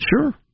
Sure